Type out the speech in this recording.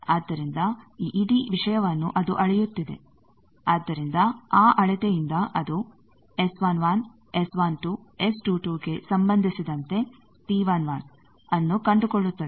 ಆದ್ದರಿಂದ ಈ ಇಡೀ ವಿಷಯವನ್ನು ಅದು ಅಳೆಯುತ್ತಿದೆ ಆದ್ದರಿಂದ ಆ ಅಳತೆಯಿಂದ ಅದು ಗೆ ಸಂಬಂಧಿಸಿದಂತೆ T11 ⋅ ಅನ್ನು ಕಂಡುಕೊಳ್ಳುತ್ತದೆ